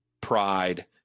pride